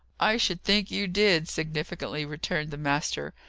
i should think you did, significantly returned the master.